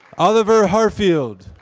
oliver harfield.